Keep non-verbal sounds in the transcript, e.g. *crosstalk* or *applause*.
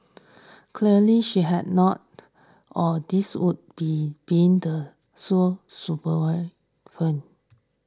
clearly she had not or this would be been the *unintelligible*